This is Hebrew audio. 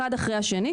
אחד אחרי השני,